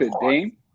Dame